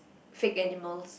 fake animals